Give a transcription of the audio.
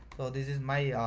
this is my,